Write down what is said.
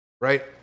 Right